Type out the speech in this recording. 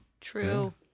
True